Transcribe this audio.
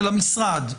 של המשרד.